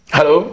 Hello